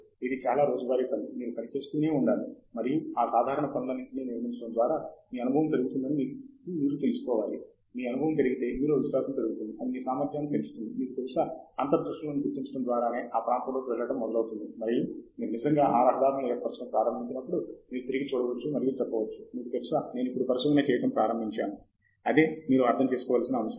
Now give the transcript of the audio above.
ఇది చాలా రోజువారీ పని మీరు పని చేస్తూనే ఉండాలి మరియు ఆ సాధారణ పనులన్నింటినీ నిర్మించడం ద్వారా మీ అనుభవం పెరుగుతుందని మీకు తెలుసుకోవాలి మీ అనుభవం పెరిగితే మీలో విశ్వాసం పెరుగుతుంది అది మీ సామర్ధ్యాన్ని పెంచుతుంది మీకు తెలుసా అంతర్దృష్టులను గుర్తించడం ద్వారానే ఆ ప్రాంతంలోకి వెళ్లడం మొదలవుతుంది మరియు మీరు నిజంగానే ఆ రహదారులను ఏర్పరచటం ప్రారంభించినప్పుడు మీరు తిరిగి చూడవచ్చు మరియు చెప్పవచ్చు మీకు తెలుసా నేను ఇప్పుడు పరిశోధన చేయడం ప్రారంభించాను అదే మీరు అర్థం చేసుకోవలసిన అంశం